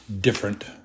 different